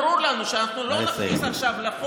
היה ברור לנו שאנחנו לא נכניס עכשיו, נא לסיים.